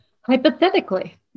Hypothetically